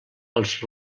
els